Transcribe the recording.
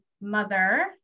mother